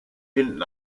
hinten